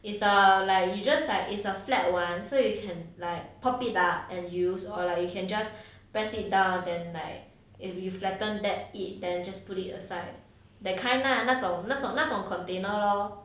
it's err like you just like is a flat [one] so you can like pop it up and use or like you can just press it down then like if you flattened back it then just put it aside that kind lah 那种那种那种 container lor